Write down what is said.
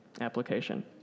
application